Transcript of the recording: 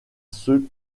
ceux